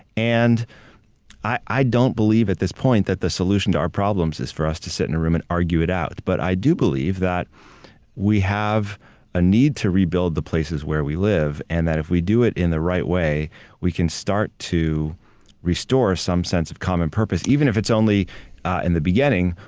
and i don't believe, at this point, that the solution to our problems is for us to sit in a room and argue it out. but i do believe that we have a need to rebuild the places where we live and that if we do it in the right way we can start to restore some sense of common purpose, even if it's only in and the beginning.